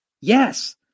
Yes